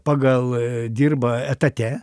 pagal dirba etate